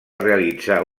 realitzar